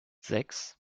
sechs